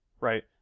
right